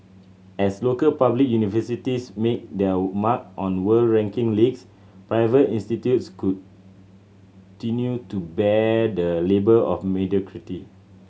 as local public universities make their mark on world ranking leagues private institutes continue to bear the label of mediocrity